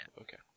Okay